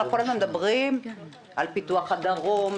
אנחנו כל הזמן מדברים על פיתוח הדרום,